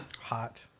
hot